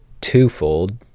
twofold